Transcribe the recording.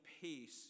peace